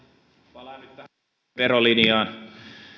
palaan nyt tähän yleiseen verolinjaan